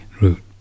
root